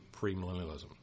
premillennialism